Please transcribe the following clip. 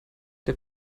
der